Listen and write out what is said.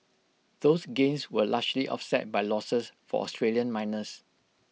those gains were largely offset by losses for Australian miners